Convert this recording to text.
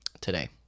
today